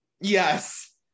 Yes